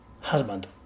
husband